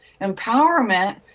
empowerment